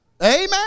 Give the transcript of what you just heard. amen